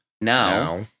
now